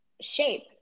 shape